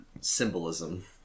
symbolism